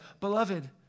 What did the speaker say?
Beloved